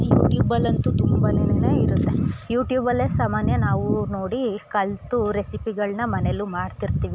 ಯೂಟ್ಯೂಬಲಂತು ತುಂಬಾನೆ ಇರುತ್ತೆ ಯೂಟ್ಯೂಬಲ್ಲೇ ಸಾಮಾನ್ಯ ನಾವೂ ನೋಡೀ ಕಲಿತು ರೆಸಿಪಿಗಳನ್ನ ಮನೆಯಲ್ಲೂ ಮಾಡ್ತಿರ್ತೀವಿ